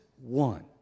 one